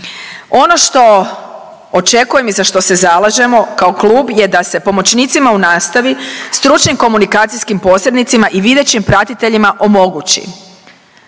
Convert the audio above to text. Ono što očekujem i za što se zalažemo kao klub je da se pomoćnicima u nastavi, stručnim komunikacijskim posrednicima i videćim pratiteljima omogući,